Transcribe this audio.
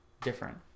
different